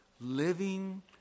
living